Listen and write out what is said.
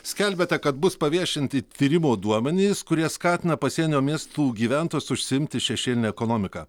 skelbiate kad bus paviešinti tyrimo duomenys kurie skatina pasienio miestų gyventojus užsiimti šešėline ekonomika